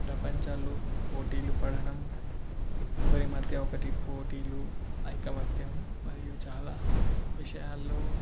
ప్రపంచాలు పోటీలు పడడం ఒకరి మధ్య ఒకటి పోటీలు ఐకమత్యం మరియు చాలా విషయాల్లో